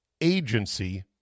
agency